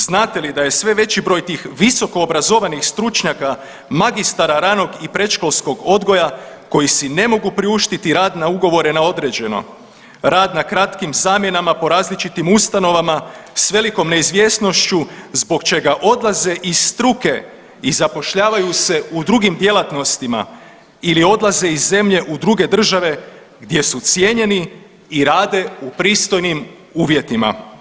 Znate li da je sve veći broj tih visokoobrazovanih stručnjaka magistara ranog i predškolskog odgoja koji si ne mogu priuštiti rad na ugovore na određeno, rad na kratkim zamjenama po različitim ustanovama s velikom neizvjesnošću zbog čega odlaze iz struke i zapošljavaju se u drugim djelatnostima ili odlaze iz zemlje u druge države gdje su cijenjeni i rade u pristojnim uvjetima?